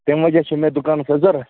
تمہِ موٗجوٗب چھِ مےٚ دُکانَس حظ ضروٗرت